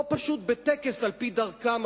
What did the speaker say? או פשוט בטקס על-פי דרכם,